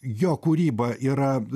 jo kūryba yra